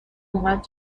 اومد